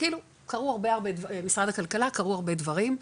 קרו הרבה דברים .